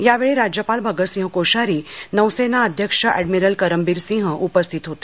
यावेळी राज्यपाल भगतसिंह कोश्यारी नौसेना अध्यक्ष एडमिरल करमबीर सिंह उपस्थित होते